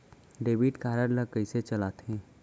Debit card ला कइसे चलाते?